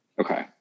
Okay